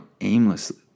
aimlessly